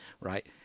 right